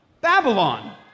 Babylon